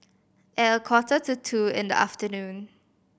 at a quarter to two in the afternoon